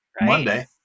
Monday